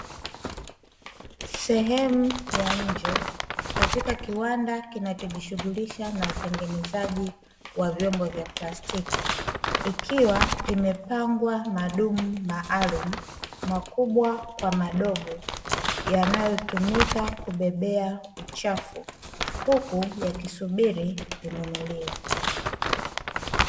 Sehemu ya nje katika kiwanda kinachojishughulisha na utengenezaji wa vyombo vya plasitiki, ikiwa imepangwa madumu maalumu makubwa kwa madogo, yanayotumika kubebea uchafu, huku yakisubiri kununuliwa.